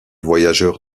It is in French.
voyageurs